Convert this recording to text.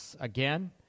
Again